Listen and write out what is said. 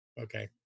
Okay